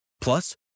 Plus